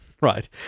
right